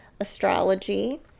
astrology